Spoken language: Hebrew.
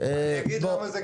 אני אגיד למה זה קשור.